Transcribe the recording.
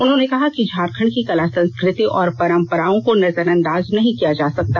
उन्होंने कहा कि झारखण्ड की कला संस्कृति और परम्पराओं को नजरअंदाज नहीं किया जा सकता